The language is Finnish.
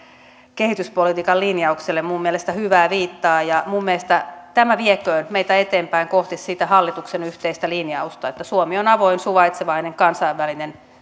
kehityspolitiikan linjaukselle minun mielestäni hyvää viittaa ja minun mielestäni tämä vieköön meitä eteenpäin kohti sitä hallituksen yhteistä linjausta että suomi on avoin suvaitsevainen kansainvälinen